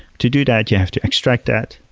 to do that, you have to extract that,